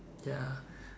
ya